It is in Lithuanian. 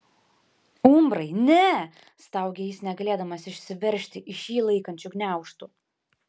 umbrai ne staugė jis negalėdamas išsiveržti iš jį laikančių gniaužtų